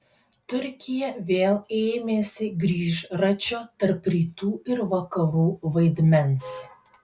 turkija vėl ėmėsi grįžračio tarp rytų ir vakarų vaidmens